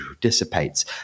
dissipates